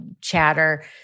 chatter